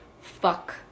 Fuck